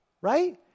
Right